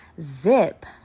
Zip